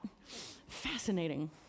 Fascinating